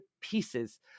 pieces